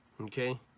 Okay